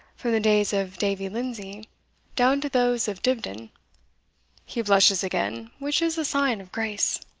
from the days of davie lindsay down to those of dibdin he blushes again, which is a sign of grace.